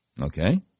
Okay